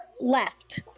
left